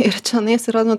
ir čenais yra nu